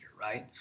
right